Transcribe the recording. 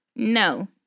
No